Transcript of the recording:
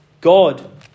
God